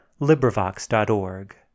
LibriVox.org